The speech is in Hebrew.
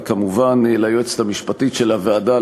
וכמובן ליועצת המשפטית של הוועדה,